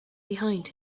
behind